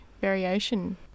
variation